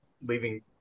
leaving